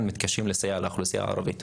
גם לדעתי מתקשים לתת סיוע לחברה הערבית.